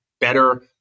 better